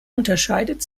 unterscheidet